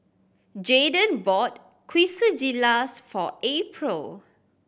Jaeden bought Quesadillas for April